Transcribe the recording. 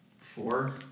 Four